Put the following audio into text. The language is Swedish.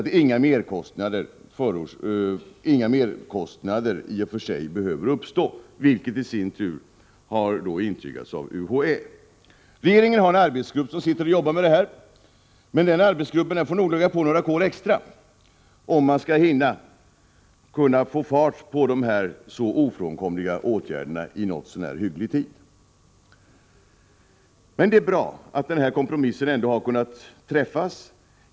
Detta förutsätter att inga merkostnader behöver uppstå, vilket i sin tur har intygats av UHÄ. Regeringen har en arbetsgrupp som arbetar med det här, men den gruppen får nog lägga på några kol extra om den skall hinna få igenom de här ofrånkomliga åtgärderna i något så när hygglig tid. Men det är ändå bra att kompromissen har kunnat träffas.